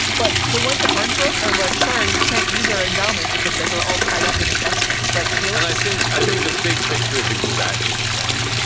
but the ones that aren't broke are like, sorry, we can't use our endowment because they're all tied up in investments like feeling i think i think the big picture is exactly the same,